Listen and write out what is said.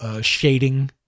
shading